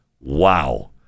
Wow